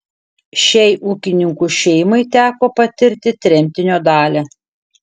šiai ūkininkų šeimai teko patirti tremtinio dalią